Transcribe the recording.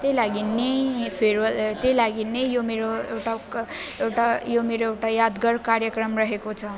त्यही लागि पनि फेर वेल त्यही लागि नै यो मेरो एउटा एउटा यो मेरो एउटा यादगार कार्यक्रम रहेको छ